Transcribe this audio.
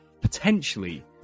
potentially